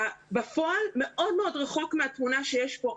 בפועל מאוד מאוד רחוק מהתמונה שיש פה.